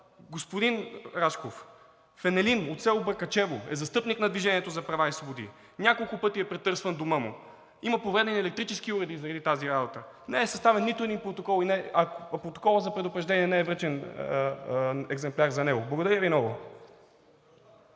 Господин Рашков, Фенелин от село Бъркачево е застъпник на „Движение за права и свободи“ – няколко пъти е претърсван домът му. Има повредени електрически уреди заради тази работа. Не е съставен нито един протокол, а протоколът за предупреждение – не е връчен екземпляр за него. Благодаря Ви много.